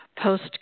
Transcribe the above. post